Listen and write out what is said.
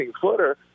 footer